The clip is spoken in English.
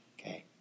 Okay